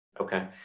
Okay